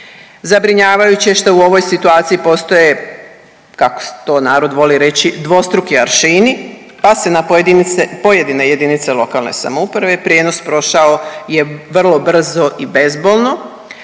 Zabrinjavajuće je što u ovoj situaciji postoje, kako to narod voli reći, dvostruki aršini, pa se na pojedine JLS prijenos prošao je vrlo brzo i bezbolno,